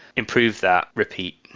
improve that, repeat,